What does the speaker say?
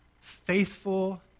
faithful